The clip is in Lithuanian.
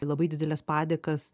labai dideles padėkas